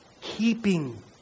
keeping